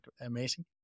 amazing